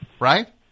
Right